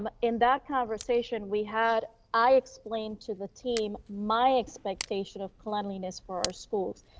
but in that conversation we had, i explained to the team, my expectation of cleanliness for our schools,